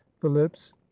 phillips